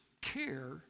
care